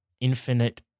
infinite